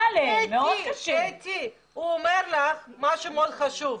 כמו שמנכ"ל הרשות המקומית